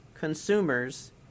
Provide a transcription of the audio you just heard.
consumers